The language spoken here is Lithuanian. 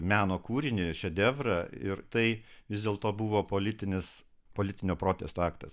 meno kūrinį šedevrą ir tai vis dėlto buvo politinis politinio protesto aktas